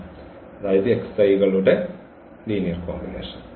xi കളുടെ അതായത് ഈ xi കളുടെ ലീനിയർ കോമ്പിനേഷൻ